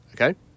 Okay